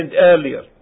earlier